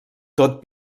tot